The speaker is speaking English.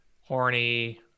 horny